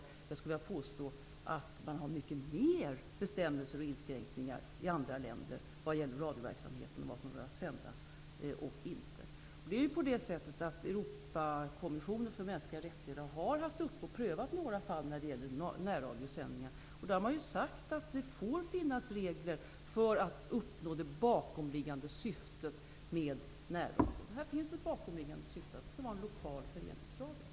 Ja, jag skulle vilja påstå att man i andra länder har mycket mer bestämmelser och inskränkningar vad gäller radioverksamheten och vad som får sändas eller inte. Europakommissionen för mänskliga rättigheter har prövat några fall som gäller närradiosändningar. Där har man sagt att det får finnas regler för att uppnå det bakomliggande syftet med närradion. Det finns här ett bakomliggande syfte, nämligen att det skall vara en lokal föreningsradio.